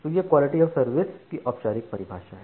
तो यह quality of service की औपचारिक परिभाषा है